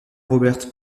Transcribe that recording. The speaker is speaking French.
robert